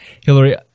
hillary